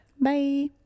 Bye